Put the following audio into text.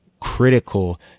critical